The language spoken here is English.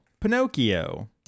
Pinocchio